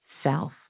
Self